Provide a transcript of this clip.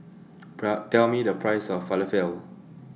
Tell Tell Me The Price of Falafel